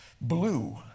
blue